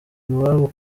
iwabo